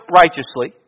righteously